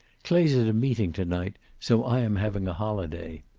clay's at a meeting to-night, so i am having a holiday.